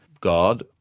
God